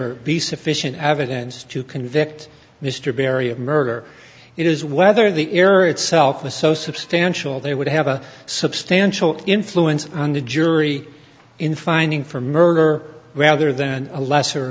or be sufficient evidence to convict mr barry of murder it is whether the error itself was so substantial they would have a substantial influence on the jury in finding for murder rather than a lesser